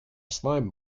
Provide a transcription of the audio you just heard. slime